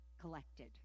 collected